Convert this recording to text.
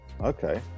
Okay